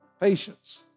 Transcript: Patience